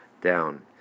down